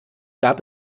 gab